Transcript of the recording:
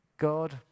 God